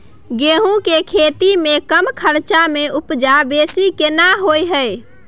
गेहूं के खेती में कम खर्च में उपजा बेसी केना होय है?